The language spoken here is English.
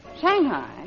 Shanghai